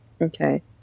Okay